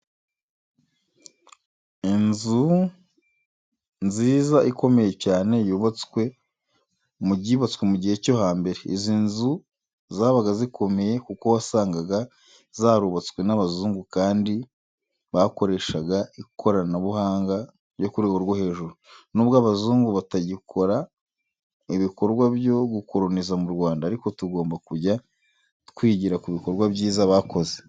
Inzu niza ikomeye cyane yubatswe mu gihe cyo hambere, izi nzu zabaga zikomeye kuko wasangaga zarubatswe n'abazungu kandi bakoreshaga ikoranabuganga ryo ku rwego rwo hejuru. Nubwo abazungu batagikora ibikorwa byo gukoroniza mu Rwanda ariko tugomba kujya twigira ku bikorwa byiza bakoze.